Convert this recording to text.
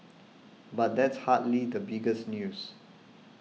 but that's hardly the biggest news